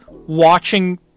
watching